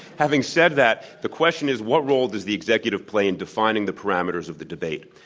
having said that, the question is what role does the executive play in defining the parameters of the debate.